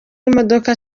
imodoka